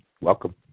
welcome